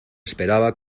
esperaba